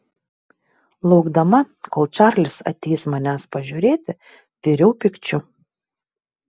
laukdama kol čarlis ateis manęs pažiūrėti viriau pykčiu